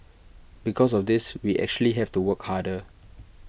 because of this we actually have to work harder